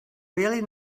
really